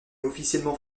officiellement